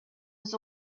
was